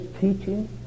teaching